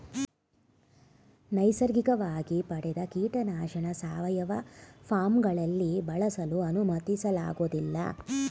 ನೈಸರ್ಗಿಕವಾಗಿ ಪಡೆದ ಕೀಟನಾಶಕನ ಸಾವಯವ ಫಾರ್ಮ್ಗಳಲ್ಲಿ ಬಳಸಲು ಅನುಮತಿಸಲಾಗೋದಿಲ್ಲ